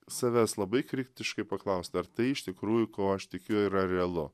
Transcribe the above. savęs labai kritiškai paklaust ar tai iš tikrųjų kuo aš tikiu yra realu